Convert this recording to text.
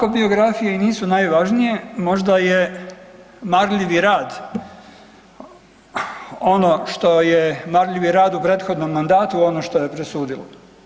Ako biografije i nisu najvažnije možda je marljivi rad ono što je marljivi rad u prethodnom mandatu ono što je presudilo.